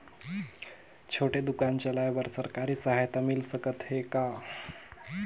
छोटे दुकान चलाय बर सरकारी सहायता मिल सकत हे का?